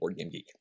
BoardGameGeek